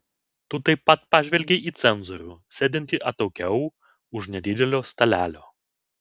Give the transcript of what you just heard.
tu taip pat pažvelgei į cenzorių sėdintį atokiau už nedidelio stalelio